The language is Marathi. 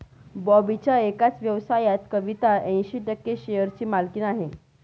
बॉबीच्या एकाच व्यवसायात कविता ऐंशी टक्के शेअरची मालकीण आहे